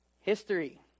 history